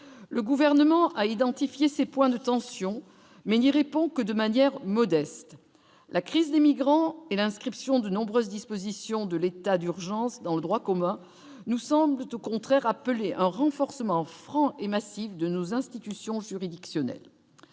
le gouvernement a identifié ces points de tension mais il répond que de manière modeste, la crise des migrants et l'inscription de nombreuses dispositions de l'état d'urgence dans le droit commun nous semblent au contraire appelé un renforcement en franc et massif de nos institutions juridictionnelles,